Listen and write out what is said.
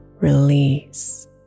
release